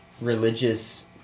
religious